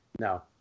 no